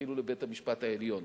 ואפילו לבית-המשפט העליון.